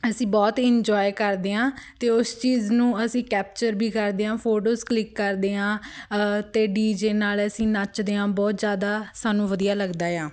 ਅਸੀਂ ਬਹੁਤ ਇੰਜੋਏ ਕਰਦੇ ਹਾਂ ਅਤੇ ਉਸ ਚੀਜ਼ ਨੂੰ ਅਸੀਂ ਕੈਪਚਰ ਵੀ ਕਰਦੇ ਹਾਂ ਫੋਟੋਜ਼ ਕਲਿੱਕ ਕਰਦੇ ਹਾਂ ਅਤੇ ਡੀਜੇ ਨਾਲ ਅਸੀਂ ਨੱਚਦੇ ਹਾਂ ਬਹੁਤ ਜ਼ਿਆਦਾ ਸਾਨੂੰ ਵਧੀਆ ਲੱਗਦਾ ਆ